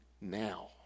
now